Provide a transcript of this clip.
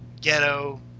ghetto